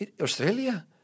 Australia